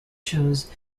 shows